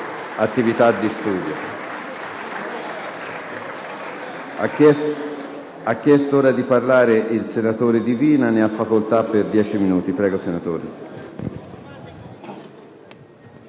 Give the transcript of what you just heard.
attività di studio.